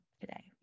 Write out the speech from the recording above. today